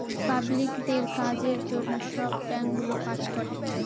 পাবলিকদের কাজের জন্য সব ব্যাঙ্কগুলো কাজ করে